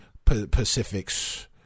Pacifics